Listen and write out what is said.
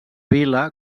vila